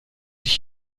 ich